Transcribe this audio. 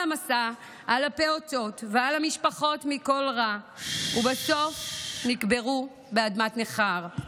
המסע על הפעוטות ועל המשפחות ובסוף נקברו באדמת ניכר,